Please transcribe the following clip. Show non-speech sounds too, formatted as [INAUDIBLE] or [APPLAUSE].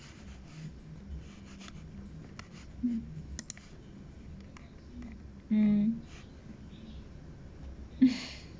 mm mm [LAUGHS]